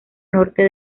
norte